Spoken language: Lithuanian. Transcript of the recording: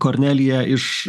kornelija iš